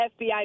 FBI